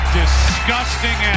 disgusting